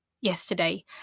yesterday